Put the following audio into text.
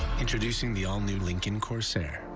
introducing the all-new lincoln corsair.